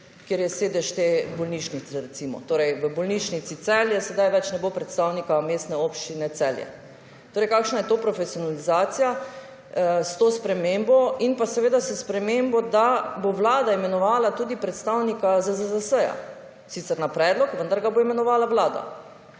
kjer je sedež te bolnišnice, recimo. Torej, v Bolnišnici Celje sedaj več ne bo predstavnika Mestne občine Celje. Torej, kakšna je to profesionalizacija s to spremembo in seveda s spremembo, da bo vlada imenovala tudi predstavnika ZZZS, sicer na predlog, vendar ga bo imenovala vlada.